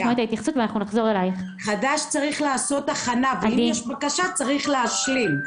ואם יש בקשה צריך להשלים.